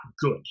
good